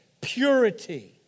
purity